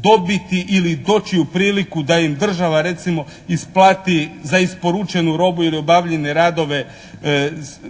dobiti ili doći u priliku da im država recimo isplati za isporučenu robu ili obavljene radove